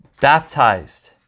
baptized